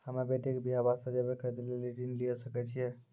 हम्मे बेटी के बियाह वास्ते जेबर खरीदे लेली ऋण लिये सकय छियै?